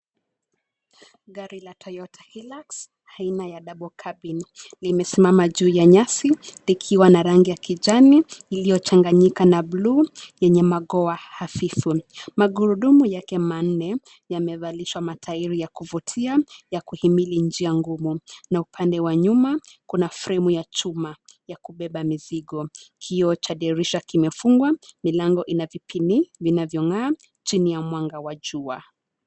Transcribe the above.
Gari la Toyota Hilux aina ya Double Cabin imesimama juu ya nyasi likiwa na rangi ya kijani iliyo changanyika na bluu yenye magoha hafifu. Magurudumu yake manne yamevalishwa mataitri ya kuvutia ya kuhimili njia ngumu na upande wa nyuma kuna fremu ya chuma ya kubeba mzigo, kioo chaa dirisha kimefungwa, milango ina vipini vinavyongaa chini ya mwanga wa jua.